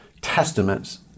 testaments